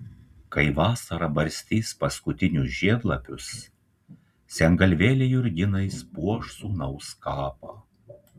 kai vasara barstys paskutinius žiedlapius sengalvėlė jurginais puoš sūnaus kapą